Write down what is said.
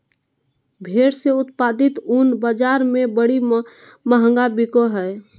भेड़ से उत्पादित ऊन बाज़ार में बड़ी महंगा बिको हइ